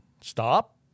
stop